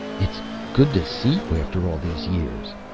it's good to see you after all these years!